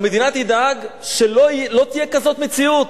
תדאג שלא תהיה כזאת מציאות.